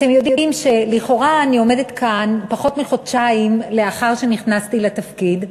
אתם יודעים שלכאורה אני עומדת כאן פחות מחודשיים לאחר שנכנסתי לתפקיד,